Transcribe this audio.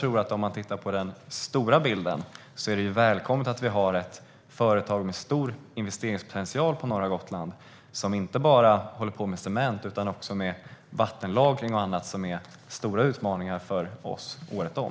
Om man tittar på den stora bilden är det välkommet att vi på norra Gotland har ett företag med stor investeringspotential, som inte bara håller på med cement utan också vattenlagring och annat som ju är stora utmaningar för oss året om.